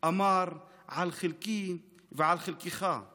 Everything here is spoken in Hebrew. / אמר: על חלקי ועל חלקך /